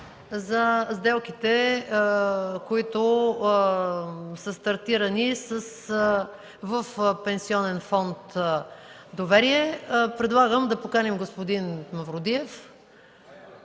за сделките, които са стартирани в Пенсионен фонд „Доверие”. Предлагам да поканим господин Мавродив,